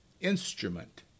instrument